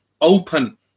open